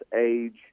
age